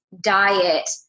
diet